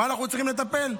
במה אנחנו צריכים לטפל?